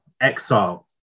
exile